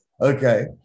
Okay